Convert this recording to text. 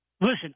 Listen